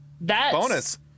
bonus